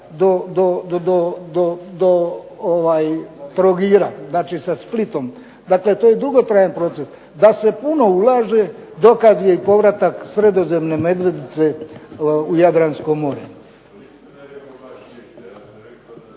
do Trogira, znači sa Splitom, znači to je dugotrajan proces. DA se puno ulaže dokaz je povratak Sredozemne medvjedice u Jadransko more.